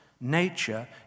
Nature